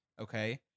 okay